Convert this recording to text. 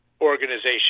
organization